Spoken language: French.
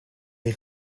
est